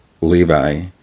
Levi